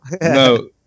no